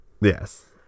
Yes